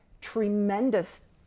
tremendous